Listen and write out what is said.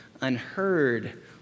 unheard